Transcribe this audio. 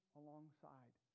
alongside